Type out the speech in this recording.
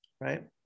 right